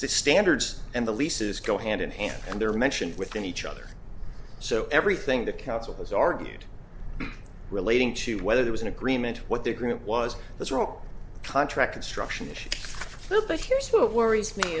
standards and the leases go hand in hand and they're mentioned within each other so everything the council has argued relating to whether there was an agreement what the agreement was this role contract construction issue but here's what worries me